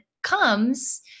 comes